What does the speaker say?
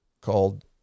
called